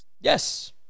Yes